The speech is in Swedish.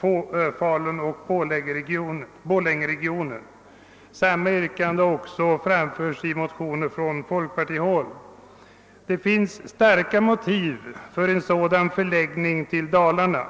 förutsatts, bl.a. i Falun-Borlängeregionen. Samma yrkande har också framställts i motioner från folkpartihåll. Det finns starka motiv för en sådan förläggning av universitetsutbildning till: Dalarna.